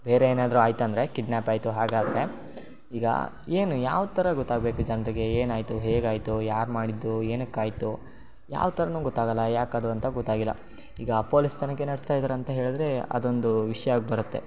ಬೇರೆ ಏನಾದರು ಆಯಿತಂದ್ರೆ ಕಿಡ್ನಾಪ್ ಆಯಿತು ಹಾಗಾದರೆ ಈಗ ಏನು ಯಾವ ಥರ ಗೊತ್ತಾಗಬೇಕು ಜನರಿಗೆ ಏನಾಯಿತು ಹೇಗಾಯಿತು ಯಾರು ಮಾಡಿದ್ದು ಏನಕ್ಕಾಯಿತು ಯಾವ ಥರನು ಗೊತ್ತಾಗಲ್ಲ ಯಾಕೆ ಅದು ಅಂತ ಗೊತ್ತಾಗಿಲ್ಲ ಈಗ ಪೋಲಿಸ್ ತನಿಖೆ ನಡೆಸ್ತಾ ಇದ್ದಾರೆ ಅಂತ ಹೇಳಿದ್ರೆ ಅದೊಂದು ವಿಷಯಾಗಿ ಬರುತ್ತೆ